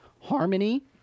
Harmony